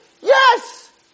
Yes